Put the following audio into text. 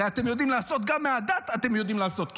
הרי גם מהדת אתם יודעים לעשות כסף.